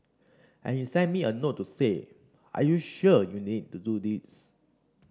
and he sent me a note to say are you sure you need to do this